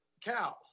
cows